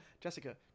jessica